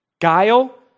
Guile